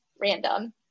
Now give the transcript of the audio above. random